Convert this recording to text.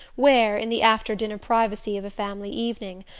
where, in the after-dinner privacy of a family evening,